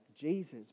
Jesus